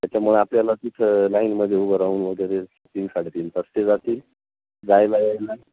त्याच्यामुळं आपल्याला तिथं लाईनमध्ये उभं राहून वगैरे तीन साडेतीन तास ते जातील जायला यायला